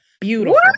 Beautiful